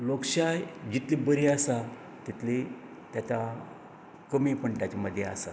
लोकशाय जितलीं बरीं आसा तितली ताका कमीपण ताज्या मदीं आसा